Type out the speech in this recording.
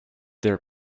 their